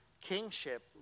kingship